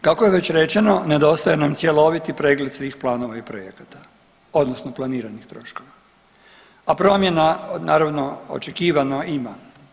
Obnova, kako je već rečeno nedostaje nam cjeloviti pregled svih planova i projekata odnosno planiranih troškova, a promjena naravno očekivano ima.